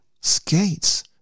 Skates